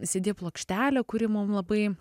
cd plokštelė kuri mum labai